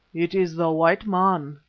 it is the white man,